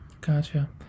Gotcha